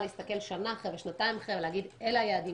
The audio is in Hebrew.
להסתכל שנה אחרי או שנתיים אחרי ולהגיד אלה היעדים,